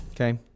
Okay